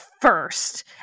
first